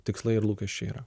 tikslai ir lūkesčiai yra